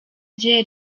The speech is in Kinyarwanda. rye